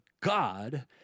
God